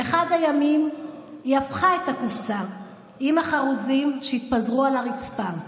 באחד הימים היא הפכה את הקופסה עם החרוזים והם התפזרו על הרצפה.